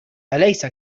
أليس